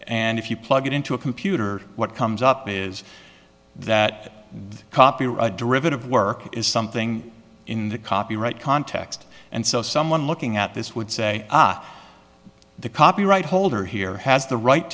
and if you plug it into a computer what comes up is that copy of a derivative work is something in the copyright context and so someone looking at this would say ah the copyright holder here has the right